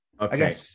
okay